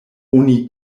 oni